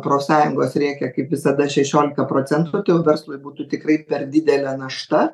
profsąjungos rėkia kaip visada šešiolika procentų verslui būtų tikrai per didelė našta